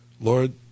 Lord